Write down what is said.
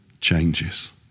changes